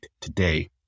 today